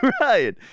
Right